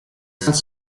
saint